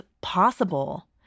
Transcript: possible